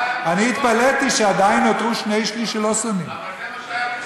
אני התפלאתי שעדיין נותרו שני-שלישים שלא שונאים.